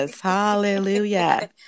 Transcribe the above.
Hallelujah